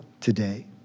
today